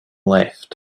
left